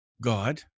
God